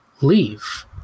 leave